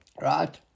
Right